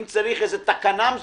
אם צריך לתקן תקנה כלשהי,